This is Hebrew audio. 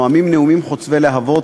נואמים נאומים חוצבי להבות,